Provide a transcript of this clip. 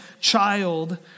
child